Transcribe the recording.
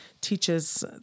teaches